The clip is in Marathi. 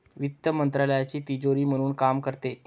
वित्त मंत्रालयाची तिजोरी म्हणून काम करते